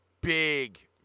big